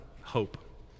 hope